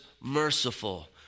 merciful